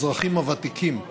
האזרחים הוותיקים (תיקון,